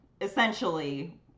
essentially